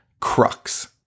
crux